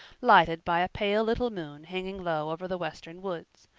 lighted by a pale little moon hanging low over the western woods.